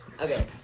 Okay